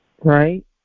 right